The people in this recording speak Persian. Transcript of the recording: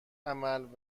عمل